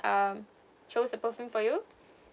um chose the perfume for you